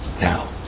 now